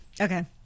Okay